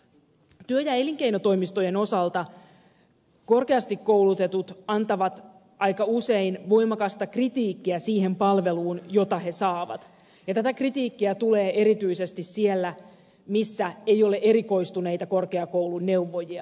työ ja elinkeinotoimistojen osalta korkeasti koulutetut antavat aika usein voimakasta kritiikkiä sitä palvelua kohtaan jota he saavat ja tätä kritiikkiä tulee erityisesti siellä missä ei ole erikoistuneita korkeakouluneuvojia